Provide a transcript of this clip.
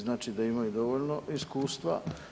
Znači da imaju dovoljno iskustva.